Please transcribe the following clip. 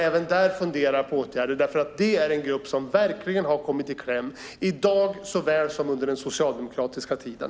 Även där funderar man på åtgärder. Det är en grupp som verkligen har kommit i kläm såväl i dag som under den socialdemokratiska tiden.